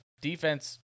defense